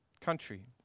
country